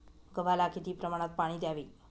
गव्हाला किती प्रमाणात पाणी द्यावे?